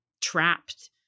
trapped